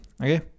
okay